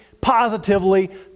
positively